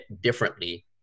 differently